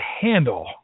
handle